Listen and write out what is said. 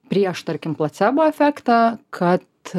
prieš tarkim placebo efektą kad